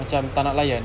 macam tak nak layan